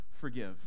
forgive